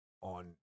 on